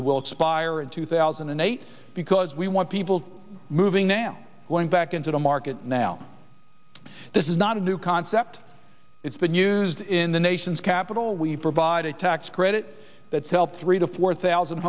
it will expire in two thousand and eight because we want people moving now going back into the market now this is not a new concept it's been used in the nation's capital we provide a tax credit that's helped three to four thousand